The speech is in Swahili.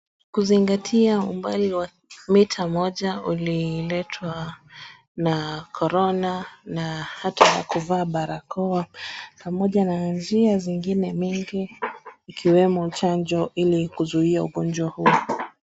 Kuzingatia umbali wa mita moja uliletwa na korona na hata kuvaa barakoa pamoja na njia zingine mingi ikiwemo chanjo ilikuzuia ugojwa huwo.